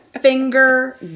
Finger